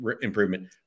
improvement